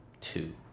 two